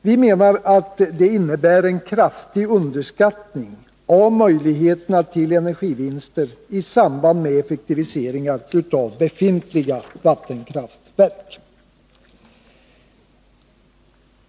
Vi menar att det innebär en kraftig underskattning av möjligheterna till energivinster i samband med effektiviseringar av befintliga vattenkraftverk.